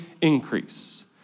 increase